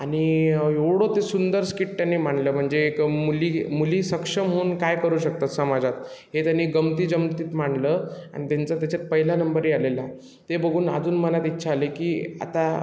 आणि एवढं ते सुंदर स्किट त्यांनी मांडलं म्हणजे एक मुली मुली सक्षम होऊन काय करू शकतात समाजात हे त्यांनी गमती जमतीत मांडलं आणि त्यांचा त्याच्यात पहिला नंबरही आलेला ते बघून अजून मला इच्छा झाली की आता